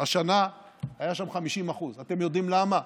השנה היה שם 50%. אתם יודעים למה?